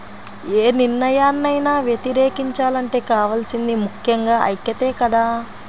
యే నిర్ణయాన్నైనా వ్యతిరేకించాలంటే కావాల్సింది ముక్కెంగా ఐక్యతే కదా